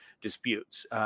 disputes